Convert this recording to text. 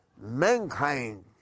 mankind